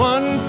One